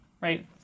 right